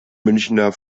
münchner